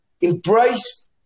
Embrace